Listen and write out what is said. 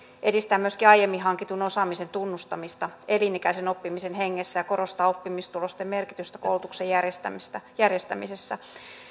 edistää myöskin aiemmin hankitun osaamisen tunnustamista elinikäisen oppimisen hengessä ja korostaa oppimistulosten merkitystä koulutuksen järjestämisessä